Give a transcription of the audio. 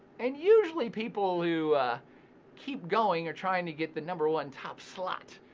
and usually people who keep going are trying to get the number one top slot,